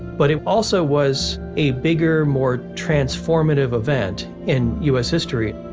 but it also was a bigger, more transformative event in us history.